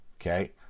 okay